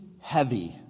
heavy